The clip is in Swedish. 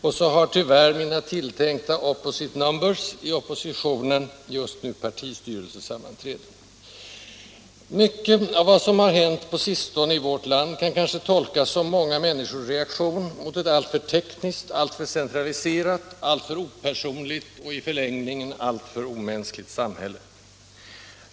Och dessutom har mina tilltänkta ”opposite numbers” i oppositionen just nu dragit sig tillbaka till partistyrelsesammanträde. Mycket av det som har hänt på sistone i vårt land kan kanske tolkas som många människors reaktion mot ett alltför tekniskt, alltför centraliserat, alltför opersonligt och — i förlängningen — alltför omänskligt samhälle.